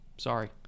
sorry